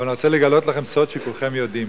אבל אני רוצה לגלות לכם סוד שכולכם יודעים: